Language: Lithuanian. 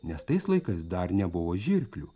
nes tais laikais dar nebuvo žirklių